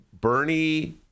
Bernie